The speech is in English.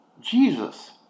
jesus